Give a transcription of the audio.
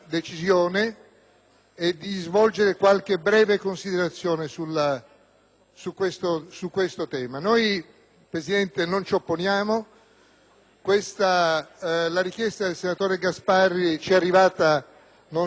e di svolgere qualche breve considerazione su questo tema. Signor Presidente, non ci opponiamo. La richiesta del senatore Gasparri ci è arrivata anche dal